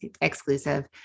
exclusive